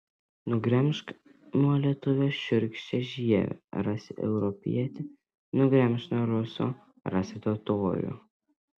nugremžk nuo lietuvio šiurkščią žievę rasi europietį nugremžk nuo ruso rasi totorių